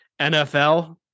NFL